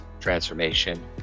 transformation